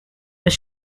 was